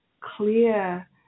clear